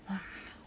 !wow!